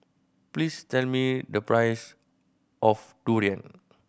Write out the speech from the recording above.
please tell me the price of durian